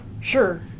Sure